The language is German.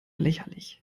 lächerlich